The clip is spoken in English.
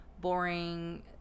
boring